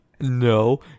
No